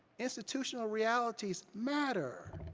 institutional realities matter.